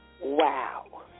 Wow